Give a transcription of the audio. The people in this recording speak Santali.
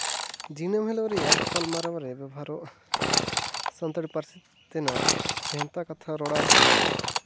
ᱫᱤᱱᱟᱹᱢ ᱦᱤᱞᱳᱜ ᱨᱮᱭᱟᱜ ᱜᱟᱟᱞᱢᱟᱨᱟᱣ ᱨᱮ ᱵᱮᱵᱚᱦᱟᱨᱚᱜ ᱥᱟᱱᱛᱟᱲᱤ ᱯᱟᱹᱨᱥᱤ ᱛᱮᱱᱟᱜ ᱵᱷᱮᱱᱛᱟ ᱠᱟᱛᱷᱟ ᱨᱚᱲᱟᱱ